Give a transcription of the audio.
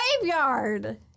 graveyard